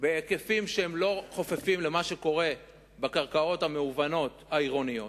בהיקפים שלא חופפים את מה שקורה בקרקעות המהוונות העירוניות,